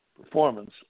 performance